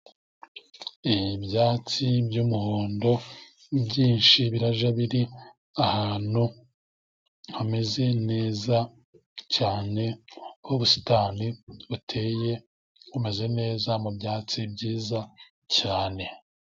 Ibyatsi by'umuhondo byinshi biba biri ahantu hameze neza cyane, uko ubusitani buteye bumeze neza mu byatsi byiza cyane.